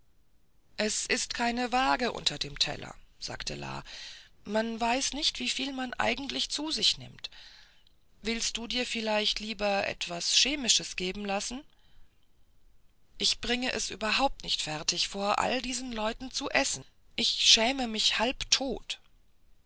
es ist keine waage unter dem teller sagte la man weiß nicht wieviel man eigentlich zu sich nimmt willst du dir vielleicht lieber etwas chemisches geben lassen ich bringe es überhaupt nicht fertig vor allen diesen leuten zu essen ich schäme mich halbtot es